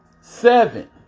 Seven